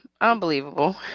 unbelievable